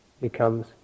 becomes